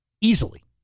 Easily